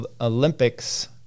olympics